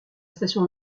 station